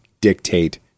dictate